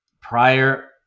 Prior